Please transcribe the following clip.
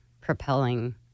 propelling